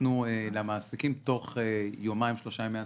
ניתנו למעסיקים תוך יומיים-שלושה ימי עסקים,